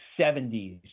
70s